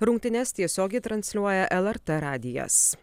rungtynes tiesiogiai transliuoja lrt radijas